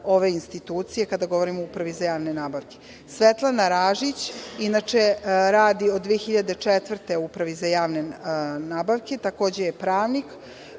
ove institucije kada govorimo o Upravi za javne nabavke. Svetlana Ražić inače radi od 2004. godine u Upravi za javne nabavke, takođe je pravnik.